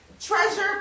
treasure